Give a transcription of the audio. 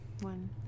one